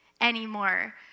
anymore